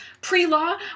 pre-law